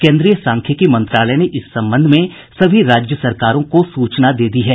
केन्द्रीय सांख्यिकी मंत्रालय ने इस संबंध में सभी राज्य सरकारों को सूचना दे दी है